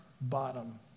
bottom